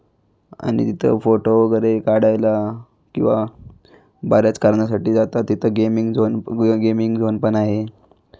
आणि तिथंं फोटो वगैरे काढायला किंवा बऱ्याच कारणासाठी जातात तिथंं गेमींग झोन प गेमींग झोन पण आहे